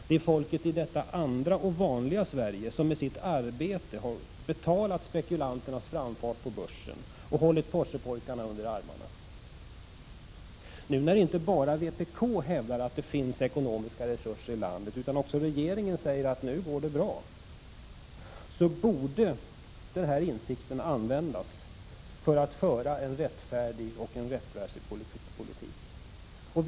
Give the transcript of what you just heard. Det är folket i detta andra och vanliga Sverige som med sitt arbete har betalat spekulanternas framfart på börsen och hållit Porschepojkarna under armarna. Nu när inte bara vpk hävdar att det finns ekonomiska resurser i landet, utan också regeringen säger att det går bra, borde denna insikt användas för att föra en rättfärdig och rättvis politik.